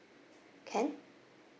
can